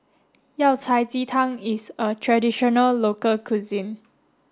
Yao Cai Ji Tang is a traditional local cuisine